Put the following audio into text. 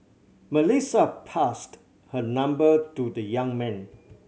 Melissa passed her number to the young man